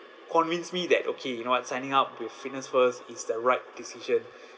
convince me that okay you know what signing up with fitness first is the right decision